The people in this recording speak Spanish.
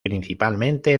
principalmente